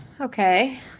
Okay